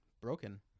broken